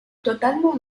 totalement